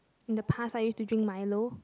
in the past I used to drink milo